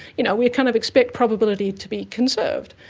you know we kind of expect probability to be conserved.